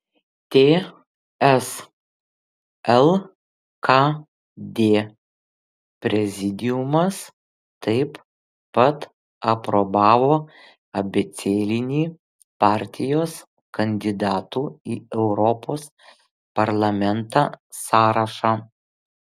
ts lkd prezidiumas taip pat aprobavo abėcėlinį partijos kandidatų į europos parlamentą sąrašą